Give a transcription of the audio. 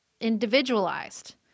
individualized